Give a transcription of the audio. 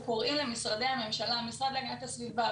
אנחנו קוראים למשרדי הממשלה: המשרד להגנת הסביבה,